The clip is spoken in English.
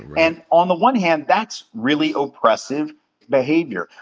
and on the one hand, that's really oppressive behavior.